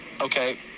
Okay